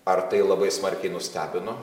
ar tai labai smarkiai nustebino